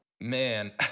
Man